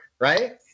right